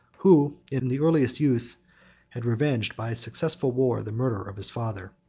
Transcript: who in the earliest youth had revenged, by a successful war, the murder of his father.